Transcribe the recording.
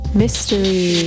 mystery